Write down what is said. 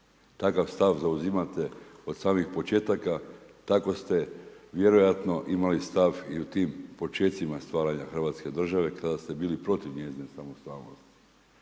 Takav stav zauzimate od samih početaka. Tako ste vjerojatno imali stav i u tim počecima stvaranja Hrvatske države kada ste bili protiv njezine samostalnosti